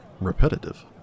repetitive